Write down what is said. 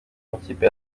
n’ikipe